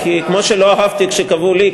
כמו שלא אהבתי כשקבעו לי,